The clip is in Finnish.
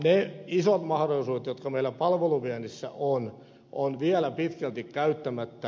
ne isot mahdollisuudet jotka meillä palveluviennissä on ovat vielä pitkälti käyttämättä